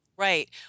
Right